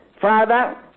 Father